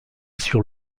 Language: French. sur